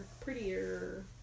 prettier